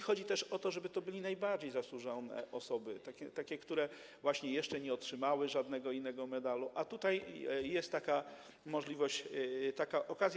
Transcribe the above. Chodzi też o to, żeby to były najbardziej zasłużone osoby, takie, które właśnie jeszcze nie otrzymały żadnego innego medalu, a tutaj jest taka możliwość, taka okazja.